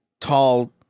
tall